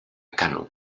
kano